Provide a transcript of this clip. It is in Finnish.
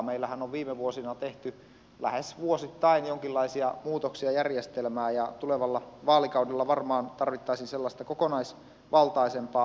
meillähän on viime vuosina tehty lähes vuosittain jonkinlaisia muutoksia järjestelmään ja tulevalla vaalikaudella varmaan tarvittaisiin sellaista kokonaisvaltaisempaa otetta